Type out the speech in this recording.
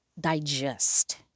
digest